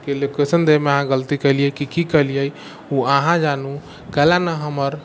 के लोकेशन दै मे अहाँ गलती केलियै कि की केलियै ओ आहाँ जानू कैलाए न हमर